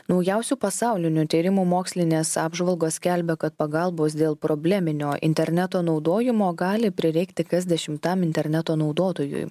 naujausių pasaulinių tyrimų mokslinės apžvalgos skelbia kad pagalbos dėl probleminio interneto naudojimo gali prireikti kas dešimtam interneto naudotojui